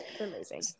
amazing